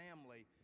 family